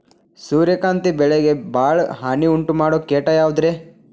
ಸೂರ್ಯಕಾಂತಿ ಬೆಳೆಗೆ ಭಾಳ ಹಾನಿ ಉಂಟು ಮಾಡೋ ಕೇಟ ಯಾವುದ್ರೇ?